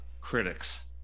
critics